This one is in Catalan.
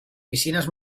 piscines